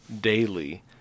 daily